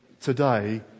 today